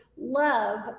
love